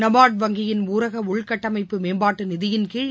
நபார்டு வங்கியின் ஊரக உள்கட்டமைப்பு மேம்பாட்டு நிதியின்கீழ்